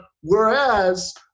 whereas